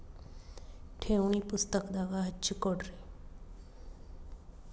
ಠೇವಣಿ ಪುಸ್ತಕದಾಗ ಹಚ್ಚಿ ಕೊಡ್ರಿ